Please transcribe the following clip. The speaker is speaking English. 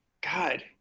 God